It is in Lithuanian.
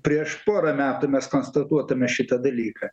prieš porą metų mes konstatuotume šitą dalyką